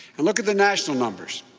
and look at the national numbers.